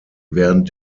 während